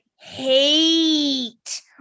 hate